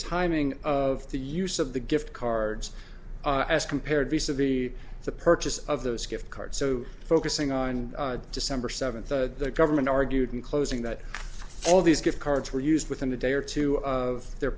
timing of the use of the gift cards as compared to severely the purchase of those gift cards so focusing on december seventh the government argued in closing that all these gift cards were used within a day or two of their